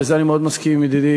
בזה אני מאוד מסכים עם ידידי